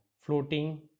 floating